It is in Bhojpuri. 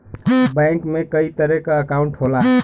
बैंक में कई तरे क अंकाउट होला